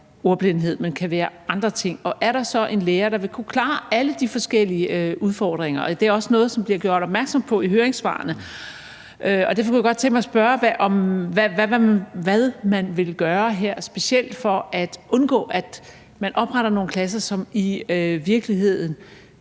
ordblindhed, men kan skyldes andre ting, og er der så en lærer, der vil kunne klare alle de forskellige udfordringer? Det er også noget, der bliver gjort opmærksom på i høringssvarene. Derfor kunne jeg godt tænke mig at spørge, hvad man vil gøre her specielt for at undgå, at der bliver oprettet nogle klasser, som i virkeligheden